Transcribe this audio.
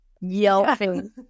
yelping